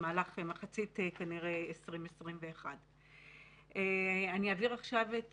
כנראה במהלך מחצית 2021. אני אעביר עכשיו את